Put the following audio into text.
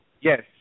Yes